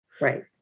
Right